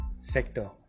sector